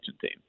team